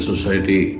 Society